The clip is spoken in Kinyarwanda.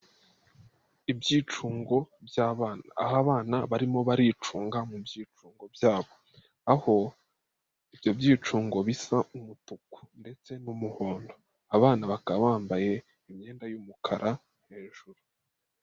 Ibyicungo by'abana, aho abana barimo baricunga mu byicungo byabo, aho ibyo byicungo bisa umutuku ndetse n'umuhondo. Abana bakaba bambaye imyenda y'umukara hejuru.